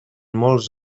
molts